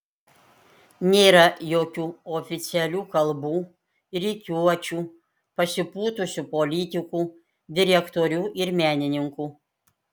nėra jokių oficialių kalbų rikiuočių pasipūtusių politikų direktorių ir menininkų